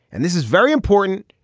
and this is very important.